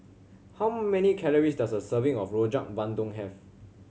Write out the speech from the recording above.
how many calories does a serving of Rojak Bandung have